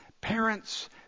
parents